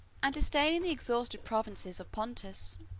and, disdaining the exhausted provinces of pontus,